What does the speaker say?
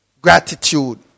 gratitude